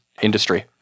industry